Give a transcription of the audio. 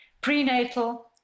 prenatal